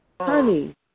Honey